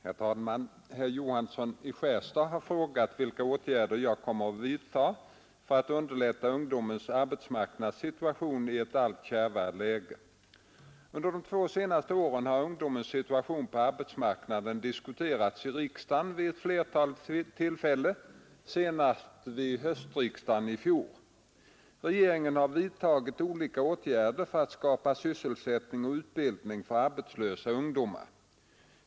Herr talman! Herr Johansson i Skärstad har frågat vilka åtgärder jag kommer att vidta för att underlätta ungdomens arbetsmarknadssituation i ett allt kärvare läge. Under de två senaste åren har ungdomens situation på arbetsmarknaden diskuterats i riksdagen vid ett flertal tillfällen, senast vid höstriksdagen i fjol. Regeringen har vidtagit olika åtgärder för att skapa sysselsättning och utbildning för arbetslösa ungdomar.